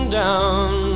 down